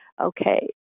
Okay